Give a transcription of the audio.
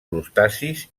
crustacis